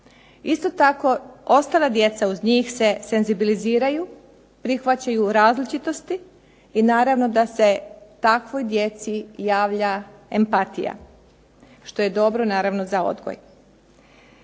Isto tako ostala djeca uz njih se senzibiliziraju, prihvaćaju različitosti i naravno da se takvoj djeci javlja empatija, što je dobro za odgoj.